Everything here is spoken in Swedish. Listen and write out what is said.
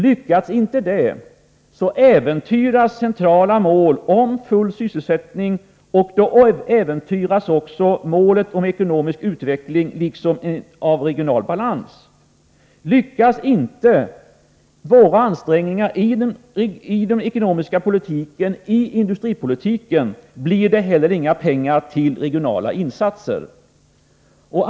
Lyckas inte det äventyras centrala mål om full sysselsättning. Då äventyras målet om ekonomisk utveckling liksom målet om regional balans. Lyckas inte våra ansträngningar i den ekonomiska politiken och i industripolitiken blir det heller inga pengar till regionala insatser.